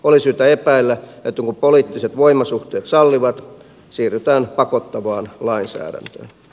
oli syytä epäillä että kun poliittiset voimasuhteet sallivat siirrytään pakottavaan lainsäädäntöön